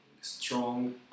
strong